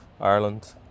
Ireland